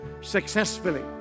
successfully